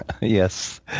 Yes